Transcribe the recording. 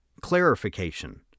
clarification